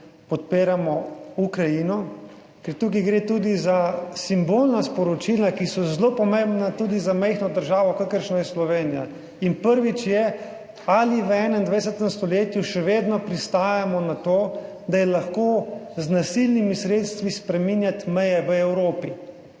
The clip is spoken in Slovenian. podpiramo Ukrajino, ker tukaj gre tudi za simbolna sporočila, ki so zelo pomembna tudi za majhno državo, kakršna je Slovenija. In prvič je, ali v 21. stoletju še vedno pristajamo na to, da je lahko z nasilnimi sredstvi spreminjati meje v Evropi?